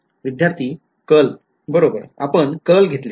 विध्यार्थी कर्ल आपण कर्ल घेतले